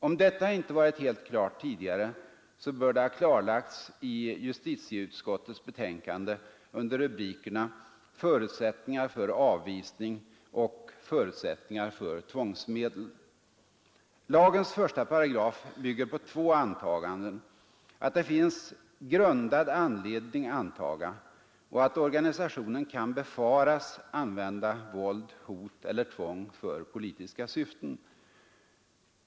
Om detta inte varit helt klart tidigare, bör det ha klarlagts i justitieutskottets betänkande under rubrikerna ”Förutsättningar för avvisning” och ”Förutsättningar för tvångsmedel”. Lagens 1 8 bygger på två antaganden: att det finns ”grundad anledning antaga” och att organisationen ”kan befaras” använda våld, hot eller tvång för politiska syften.